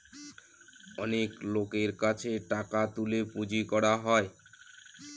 অনেক লোকের কাছে টাকা তুলে পুঁজি করা হয়